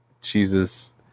Jesus